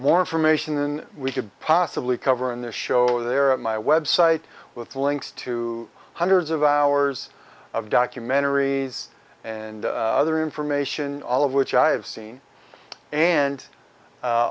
more information than we could possibly cover in the show there at my website with links to hundreds of hours of documentaries and other information all of which i have seen and